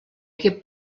hagué